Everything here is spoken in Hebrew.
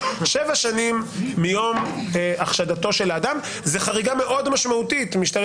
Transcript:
שבע שנים מיום החשדתו של האדם זה חריגה משמעותית מאוד,